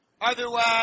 Otherwise